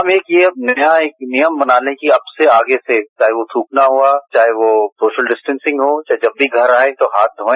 हम एक नियम बना लें कि अब से आगे से चाहे वह थूकना हुआ चाहे वह सोशल डिस्टॅसिंग हो चाहे जब भी घर आए तो हाथ धोए